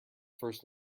first